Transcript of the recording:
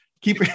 keep